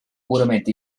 purament